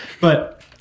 but-